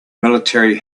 military